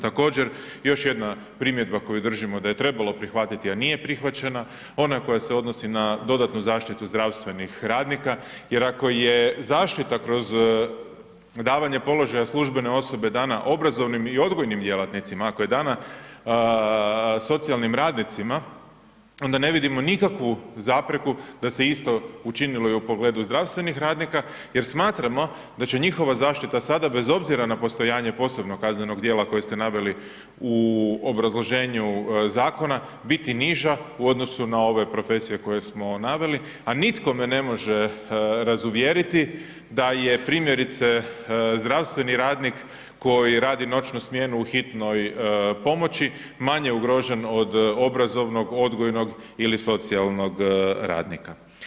Također, još jedna primjedba koju držimo da je trebalo prihvatiti a nije prihvaćena, ona koja se odnosi na dodatnu zaštitu zdravstvenih radnika jer ako je zaštita kroz davanje položaja službene osobe dana obrazovnim i odgojnim djelatnicima, ako je dana socijalnim radnicima, onda ne vidimo nikakvu zapreku da se isto učinilo i u pogledu zdravstvenih radnika jer smatramo da će njihova zaštita sada bez obzira na postojanje posebnog kaznenog djela koje ste naveli u obrazloženju zakonu biti niža u odnosu na ove profesije koje smo naveli a nitko me ne može razuvjeriti da je primjerice zdravstveni radnik koji radi noćnu smjenu u hitnoj pomoći, manje ugrožen od obrazovno, odgojnog ili socijalnog radnika.